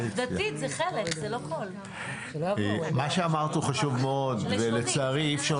מה שאמרת הוא חשוב מאוד, ולצערי אי אפשר